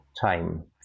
time